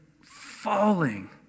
falling